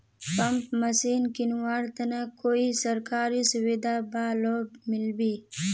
Pump machine किनवार तने कोई सरकारी सुविधा बा लव मिल्बी?